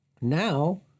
now